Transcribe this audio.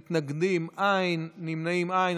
מתנגדים, אין, נמנעים, אין.